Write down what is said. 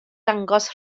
dangos